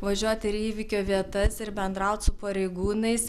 važiuot ir į įvykio vietas ir bendraut su pareigūnais